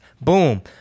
Boom